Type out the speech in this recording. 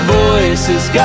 voices